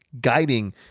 guiding